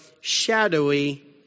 shadowy